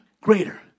greater